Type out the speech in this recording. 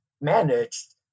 managed